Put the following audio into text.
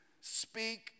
speak